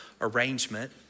arrangement